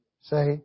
say